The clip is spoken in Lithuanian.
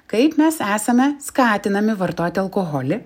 kaip mes esame skatinami vartoti alkoholį